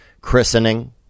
Christening